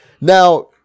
Now